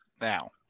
Now